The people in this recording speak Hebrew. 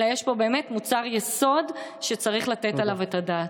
אלא יש פה באמת מוצר יסוד שצריך לתת עליו את הדעת.